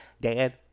Dad